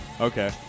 Okay